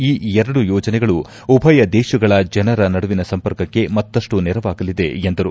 ಈ ಎರಡು ಯೋಜನೆಗಳು ಉಭಯದೇಶಗಳ ಜನರ ನಡುವಿನ ಸಂಪರ್ಕಕ್ಕೆ ಮತ್ತಷ್ಟು ನೆರವಾಗಲಿದೆ ಎಂದರು